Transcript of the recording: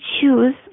choose